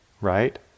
right